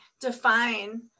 define